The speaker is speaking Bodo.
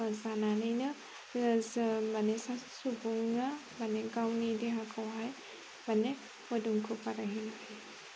जानानैनो जों माने सासे सुबुंनो माने गावनि देहाखौहाय माने मोदोमखौ बारायहोनो हायो